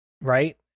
right